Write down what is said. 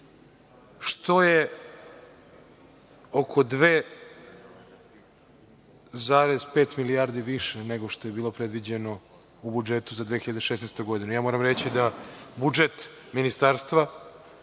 što je oko 2,5 milijardi više nego što je bilo predviđeno u budžetu za 2016. godinu. Moram reći da budžet Ministarstva